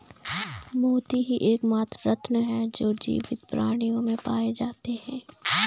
मोती ही एकमात्र रत्न है जो जीवित प्राणियों में पाए जाते है